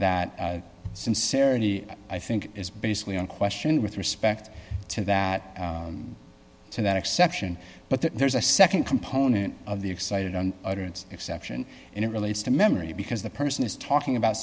that sincerity i think is basically in question with respect to that so that exception but there's a nd component of the excited on utterance exception and it relates to memory because the person is talking about